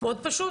מאוד פשוט.